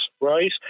right